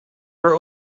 were